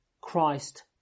Christ